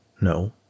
No